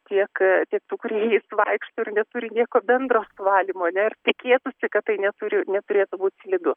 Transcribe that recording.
tiek tiek tų kurie jais vaikšto ir neturi nieko bendro su valymu ane ir tikėtųsi kad tai neturi neturėtų būt slidu